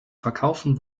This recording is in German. verkaufen